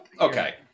okay